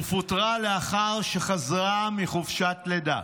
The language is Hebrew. ופוטרה לאחר שחזרה מחופשת לידה,